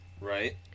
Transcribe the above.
right